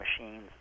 machines